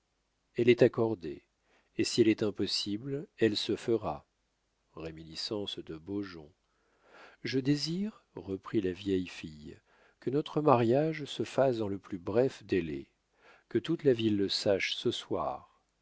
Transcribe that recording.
elle est accordée et si elle est impossible elle se fera réminiscence de beaujon je désire reprit la vieille fille que notre mariage se fasse dans le plus bref délai que toute la ville le sache ce soir